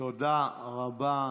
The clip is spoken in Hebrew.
תודה רבה.